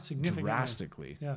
drastically